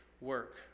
Work